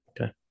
Okay